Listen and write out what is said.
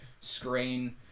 screen